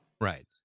Right